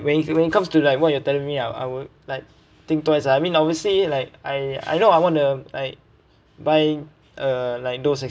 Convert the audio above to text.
when you com~ when it comes to like what you're telling me ah I would like think twice ah I mean obviously like I I know I wanna like buy uh like those